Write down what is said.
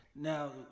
Now